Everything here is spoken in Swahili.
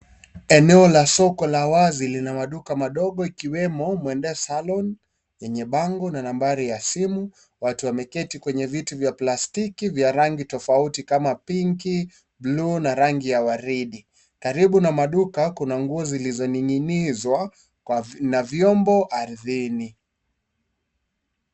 Eneo la soko la wazi lina maduka madogo ikiwemo 'Mwende Salon' lenye bango na nambari ya simu. Watu wamekaa kwenye viti vya plastiki vya rangi tofauti kama pinki, bluu na rangi ya waridi. Karibu na maduka kuna nguo zilizoning'inizwa na vyombo ardhini,